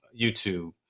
YouTube